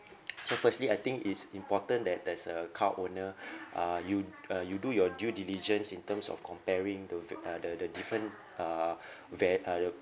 so firstly I think it's important that as a car owner uh you uh you do your due diligence in terms of comparing the va~ uh the the different uh va~ uh the